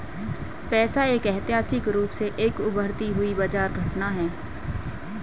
पैसा ऐतिहासिक रूप से एक उभरती हुई बाजार घटना है